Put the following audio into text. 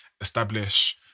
establish